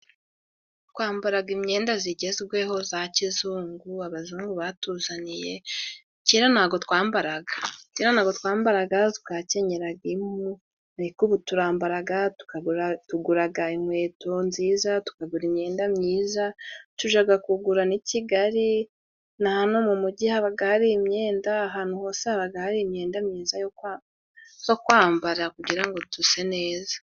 Twambara imyenda igezezweho ya kizungu abazungu batuzaniye, kera ntabwo twambaraga kera ntabwo twambaraga twakenyeraga impu. Ariko ubu turambara tugura inkweto nziza tukagura imyenda myiza, tujya kugura n'i Kigali na hano mu mugi haba hari imyenda, ahantu hose haba hari imyenda myiza yo kwambara, kugira ngo duse neza.